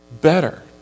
better